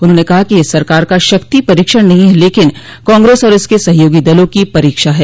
उन्होंने कहा कि यह सरकार का शक्ति परीक्षण नहीं है लेकिन कांग्रेस और इसके सहयोगी दलों की परीक्षा है